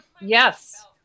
Yes